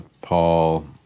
Paul